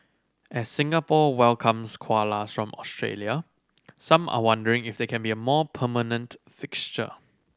as Singapore welcomes koalas from Australia some are wondering if they can be a more permanent fixture